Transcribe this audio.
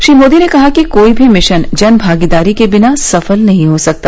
श्री मोदी ने कहा कि कोई भी मिशन जन भागीदारी के बिना सफल नहीं हो सकता